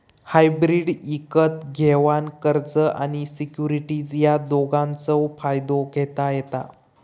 hybrid इकत घेवान कर्ज आणि सिक्युरिटीज या दोघांचव फायदो घेता येता